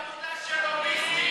זה עבודה של לוביסטים.